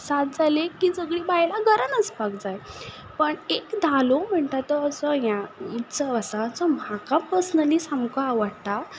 सात जाली की सगलीं बायलां घरान आसपाक जाय पण एक धालो म्हणटा तो हें उत्सव आसा तो म्हाका पर्सनली सामको आवडटा